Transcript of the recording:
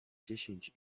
dziesięć